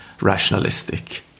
rationalistic